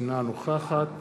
אינה נוכחת